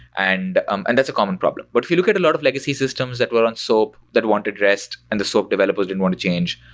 and um and that's a common problem. but if you look at a lot of legacy systems that were on soap that wanted rest and the soap developers didn't want to change,